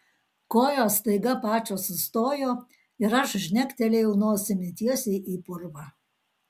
kojos staiga pačios sustojo ir aš žnektelėjau nosimi tiesiai į purvą